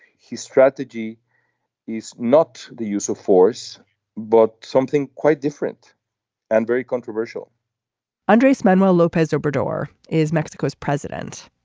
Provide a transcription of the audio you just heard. his strategy is not the use of force but something quite different and very controversial andres manuel lopez obrador is mexico's president.